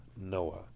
Noah